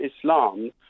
Islam